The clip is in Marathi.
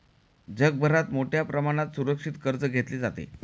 जगभरात मोठ्या प्रमाणात सुरक्षित कर्ज घेतले जाते